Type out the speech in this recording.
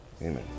Amen